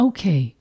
Okay